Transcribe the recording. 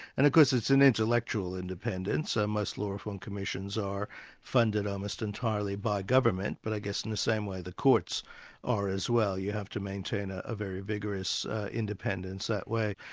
and of course it's an intellectual independence. ah most law reform commissions are funded almost entirely by government, but i guess in the same way the courts are as well. you have to maintain a very vigorous independence that way.